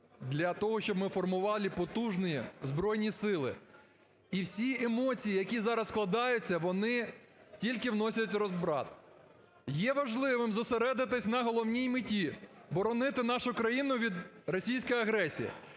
для того, щоб ми формували потужні Збройні Сили. І всі емоції, які зараз складаються, вони тільки вносять розбрат. Є важливим зосередитись на головній меті – боронити нашу країну від російської агресії.